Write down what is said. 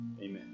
Amen